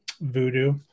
voodoo